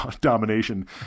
domination